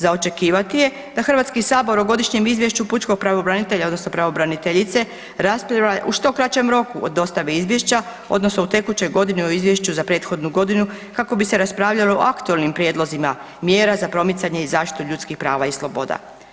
Za očekivati je da Hrvatski sabor o godišnjem izvješću pučkog pravobranitelja odnosno pravobraniteljice raspravlja u što kraćem roku od dostave izvješća, odnosno u tekućoj godini u izvješću za prethodnu godinu kako bi se raspravljalo o aktualnim prijedlozima mjera za promicanje i zaštitu ljudskih prava i sloboda.